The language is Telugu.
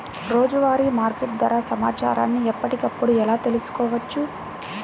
రోజువారీ మార్కెట్ ధర సమాచారాన్ని ఎప్పటికప్పుడు ఎలా తెలుసుకోవచ్చు?